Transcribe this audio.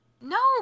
No